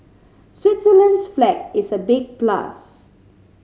Switzerland's flag is a big plus